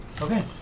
Okay